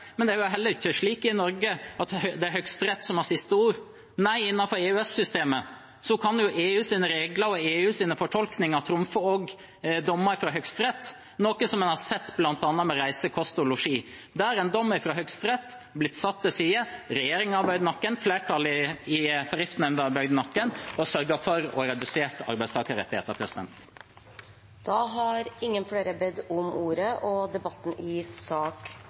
Men det er heller ikke slik i Norge at det er Høyesterett som har siste ordet. Nei, innenfor EØS-systemet kan EUs regler og EUs fortolkninger trumfe også dommer fra Høyesterett, noe vi har sett med bl.a. reise, kost og losji. Der er en dom fra Høyesterett blitt satt til side. Regjeringen har bøyd nakken, flertallet i Tariffnemnda har bøyd nakken – og sørget for reduserte arbeidstakerrettigheter. Flere har ikke bedt om ordet til sak nr. 2. Etter ønske fra kommunal- og